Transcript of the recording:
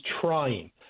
trying